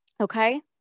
Okay